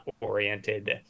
oriented